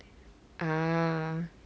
ah